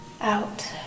out